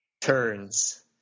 turns